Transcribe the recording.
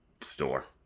store